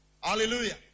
Hallelujah